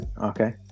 Okay